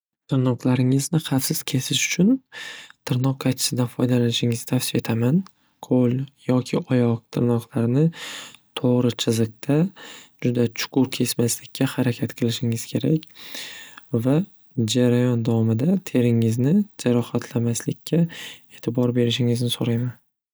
Tirnoqlaringizni xavfsiz kesish uchun tirnoq qaychisidan foydalanishingizni tavsiya etaman. Qo'l yoki oyoq tirnoqlarini to'g'ri chiqizda juda chuqur kesmaslikka harakat qilishingiz kerak va jarayon davomida teringizni jarohatlamaslikka e'tibor berishingizni so'rayman.